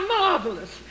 marvelous